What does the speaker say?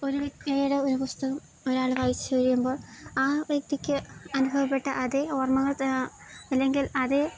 ഒരു വ്യക്തിയുടെ ഒരു പുസ്തകം ഒരാള് വായിച്ചുകഴിയുമ്പോൾ ആ വ്യക്തിക്ക് അനുഭവപ്പെട്ട അതേ ഓർമ്മങ്ങൾ അല്ലെങ്കിൽ അതേ